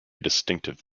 distinctive